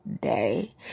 day